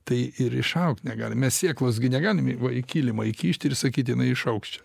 tai ir išaugti negalim mes sėklos gi negalime va į kilimą įkišti ir sakyti jinai išaugs čia